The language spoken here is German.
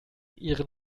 ihren